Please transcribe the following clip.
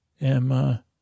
Emma